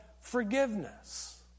forgiveness